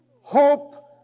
Hope